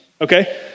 Okay